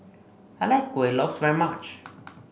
I like Kuih Lopes very much